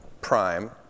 Prime